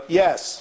yes